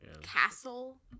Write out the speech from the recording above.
Castle